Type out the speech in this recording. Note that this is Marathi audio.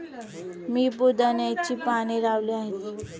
मी पुदिन्याची पाने लावली आहेत